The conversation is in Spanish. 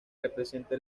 representa